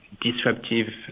disruptive